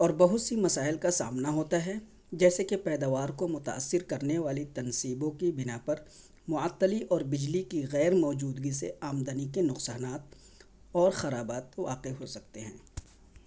اور بہت سی مسائل کا سامنا ہوتا ہے جیسے کہ پیداوار کو متاثر کرنے والی تنصیبوں کی بنا پر معطلی اور بجلی کی غیر موجودگی سے آمدنی کے نقصانات اور خرابات واقع ہو سکتے ہیں